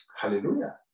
Hallelujah